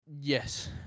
Yes